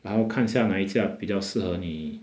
然后看下哪一架比较适合你